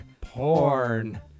porn